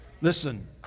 Listen